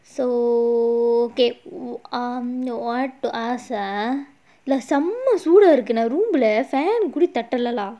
so okay um no I want to ask ah செம சூட இருக்கு:sema soodaa irukku